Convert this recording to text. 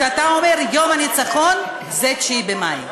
כשאתה אומר: יום הניצחון, זה 9 במאי.